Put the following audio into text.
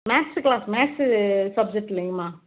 maths class maths சப்ஜெக்ட்லிங்க அம்மா